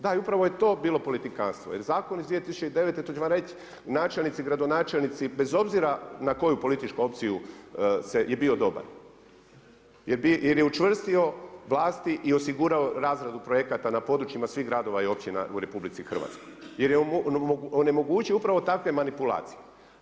Da i upravo je to bilo politikantstvo, jer zakon iz 2009. to će vam reći načelnici, gradonačelnici bez obzira na koju političku opciju je bio dobar jer je učvrstio vlasti i osigurao razradu projekata na područjima svih gradova i općina u RH jer je onemogućio upravo takve manipulacije.